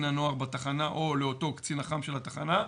הנוער בתחנה או לאותו קצין אח"מ של התחנה.